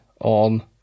on